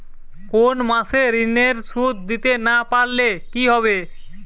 কোন মাস এ ঋণের সুধ দিতে না পারলে কি হবে?